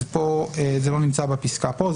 זה לא נמצא בפסקה פה,